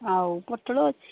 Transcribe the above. ଆଉ ପୋଟଳ ଅଛି